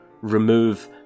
remove